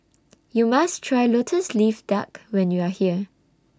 YOU must Try Lotus Leaf Duck when YOU Are here